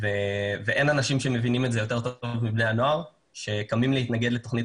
אין אנשים שמבינים את זה יותר טוב מבני הנוער שקמים להתנגד לתכנית